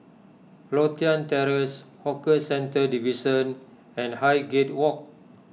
Lothian Terrace Hawker Centres Division and Highgate Walk